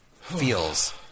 feels